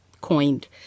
coined